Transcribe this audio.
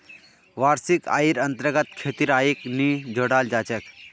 वार्षिक आइर अन्तर्गत खेतीर आइक नी जोडाल जा छेक